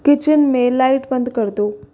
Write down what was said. kitchen में light बंद कर दो